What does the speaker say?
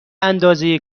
اندازه